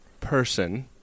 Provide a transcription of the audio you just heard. person